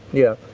yeah,